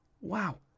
wow